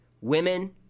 women